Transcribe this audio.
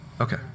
Okay